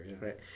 right